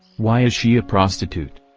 why is she a prostitute?